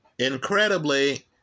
Incredibly